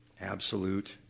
Absolute